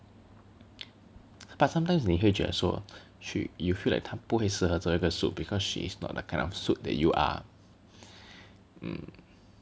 but sometimes 你会觉得说 you feel like 他不会适合做一个 suit because she is not the kind of suit that you are mm